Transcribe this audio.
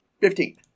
fifteen